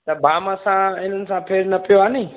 त बाम सां इन्हनि सां फेर न पियो आहे नी